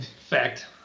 Fact